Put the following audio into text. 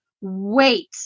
wait